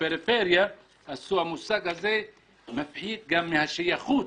בפריפריה ולכן המושג הזה מפחית מהשייכות